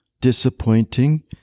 disappointing